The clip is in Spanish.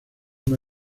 una